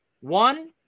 One